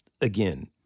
again